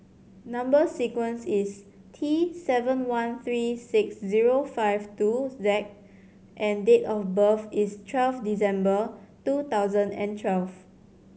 number sequence is T seven one three six zero five two Z and date of birth is twelve December two thousand and twelve